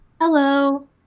Hello